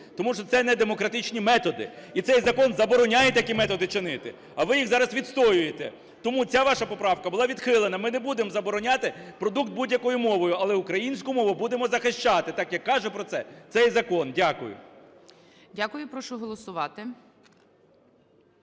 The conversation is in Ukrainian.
тому що це не демократичні методи. І цей закон забороняє такі методи чинити. А ви їх зараз відстоюєте. Тому ця ваша поправка була відхилена. Ми не будемо забороняти продукт будь-якою мовою, але українську мову будемо захищати так як каже про це цей закон. Дякую. ГОЛОВУЮЧИЙ. Дякую. Прошу голосувати.